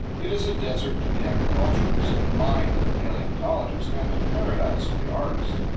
it is a desert to the agriculturist, a mine to the paleontologist, and paradise to the artist.